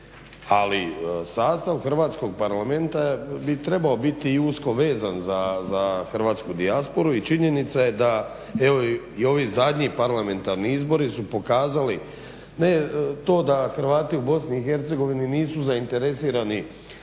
ali sastav Hrvatskog parlamenta bi trebao biti usko vezan za hrvatsku dijasporu i činjenica je da i ovi zadnji parlamentarni izbori su pokazali ne to da Hrvati u BiH nisu zainteresirani